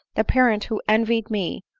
the parent who envied me,